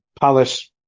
Palace